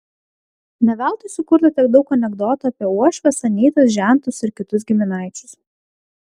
ne veltui sukurta tiek daug anekdotų apie uošves anytas žentus ir kitus giminaičius